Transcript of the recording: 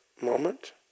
moment